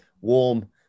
warm